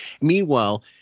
Meanwhile